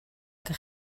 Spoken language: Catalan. que